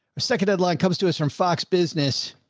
ah second headline comes to us from fox business.